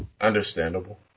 Understandable